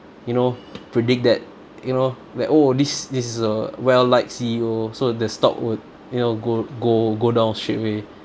you know predict that you know like oh this this is a well liked C_E_O so the stock would you know go go go down straight away